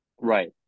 Right